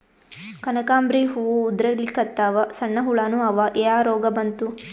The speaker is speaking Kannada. ಕನಕಾಂಬ್ರಿ ಹೂ ಉದ್ರಲಿಕತ್ತಾವ, ಸಣ್ಣ ಹುಳಾನೂ ಅವಾ, ಯಾ ರೋಗಾ ಬಂತು?